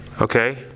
Okay